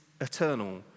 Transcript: eternal